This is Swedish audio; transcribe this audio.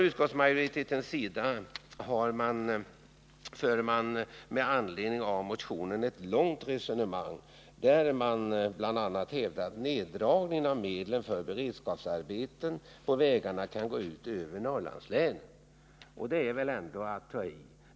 Utskottsmajoriteten för med anledning av motionen ett långt resonemang, där man bl.a. hävdar att neddragningen av medlen för beredskapsarbeten på vägar kan gå ut över Norrlandslänen. Detta är väl ändå att ta i.